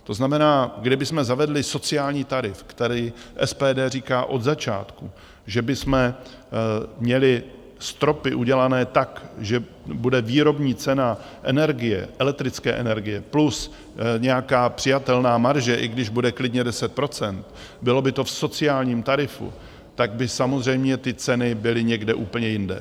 To znamená, kdybychom zavedli sociální tarif, SPD říká od začátku, že bychom měli stropy udělané tak, že bude výrobní cena energie, elektrické energie plus nějaká přijatelná marže, i když bude klidně deset procent, bylo by to v sociálním tarifu, tak by samozřejmě ty ceny byly někde úplně jinde.